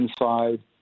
inside